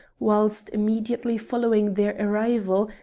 whilst, immediately following their arrival,